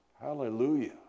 Hallelujah